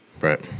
Right